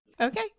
okay